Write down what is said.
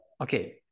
Okay